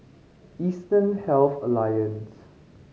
Eastern Health Alliance